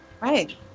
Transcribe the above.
Right